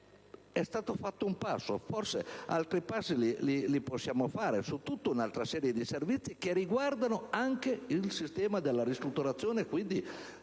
È stato fatto un passo; forse altri possiamo farne su tutta un'altra serie di servizi che riguardano anche il sistema della ristrutturazione e quindi